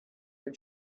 your